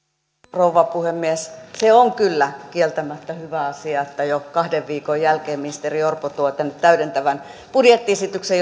rouva puhemies se on kyllä kieltämättä hyvä asia että jo kahden viikon jälkeen ministeri orpo tuo tänne täydentävän budjettiesityksen